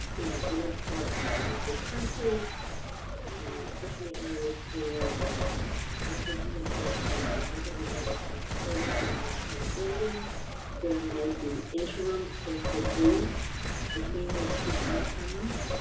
in other parts of the country and especially in areas where the records center and the archival units are co-working in the same building there may be interim moves between those two time frames,